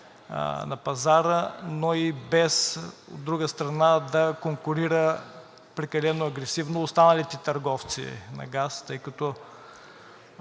на пазара, но и без, от друга страна, да конкурира прекалено агресивно останалите търговци на газ, тъй като